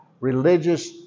religious